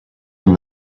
from